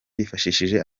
bifashishije